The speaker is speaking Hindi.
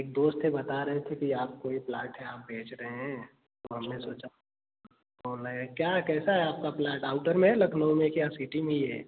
एक दोस्त है बता रहे थे कि आप कोई प्लाट यहाँ बेच रहे है तो हमने सोचा ऑनलाइन क्या कैसा है आपका प्लाट आउटर में है लखनऊ में क्या आप सिटी में ही है